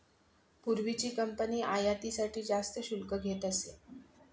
पूर्वीची कंपनी आयातीसाठी जास्त शुल्क घेत असे